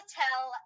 tell